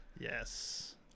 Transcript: Yes